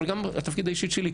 וגם התפקיד האישית שלי.